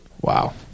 Wow